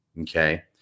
Okay